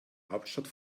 hauptstadt